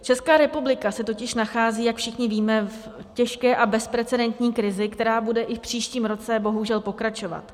Česká republika se totiž nachází, jak všichni víme, v těžké a bezprecedentní krizi, která bude i v příštím roce bohužel pokračovat.